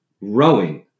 Rowing